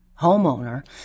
homeowner